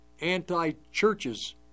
anti-churches